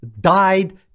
died